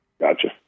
Gotcha